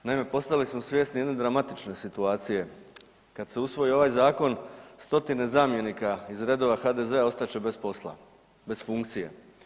Naime, postali smo svjesni jedne dramatične situacije, kad se usvoji ovaj zakon stotine zamjenika iz redova HDZ-a ostat će bez posla, bez funkcije.